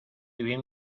bien